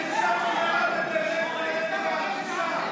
איזה, נגד חיילי צה"ל, בושה.